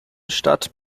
stadt